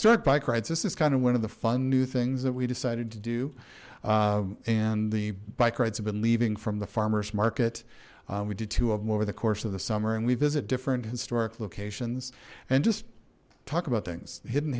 start bike rides this is kind of one of the fun new things that we decided to do and the bike rides have been leaving from the farmers market we did two of them over the course of the summer and we visit different historic locations and just talk about things hidden